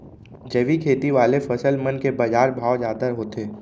जैविक खेती वाले फसल मन के बाजार भाव जादा होथे